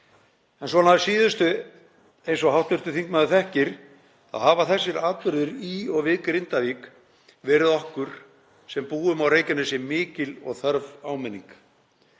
Svona að síðustu, eins og hv. þingmaður þekkir, þá hafa þessir atburðir í og við Grindavík verið okkur sem búum á Reykjanesi mikil og þörf áminning.